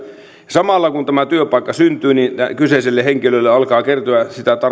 samalla kun tämä työpaikka syntyy kyseiselle henkilölle alkaa kertyä sitä